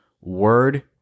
word